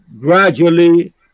gradually